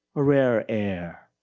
a rare ear,